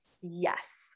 Yes